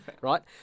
Right